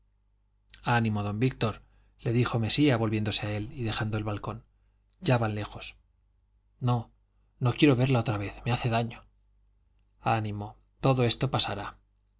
ánimo don víctor le dijo mesía volviéndose a él y dejando el balcón ya van lejos no no quiero verla otra vez me hace daño ánimo todo esto pasará